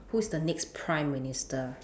who is the next prime minister